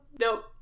Nope